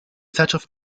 zeitschrift